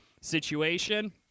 situation